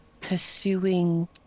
pursuing